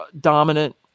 dominant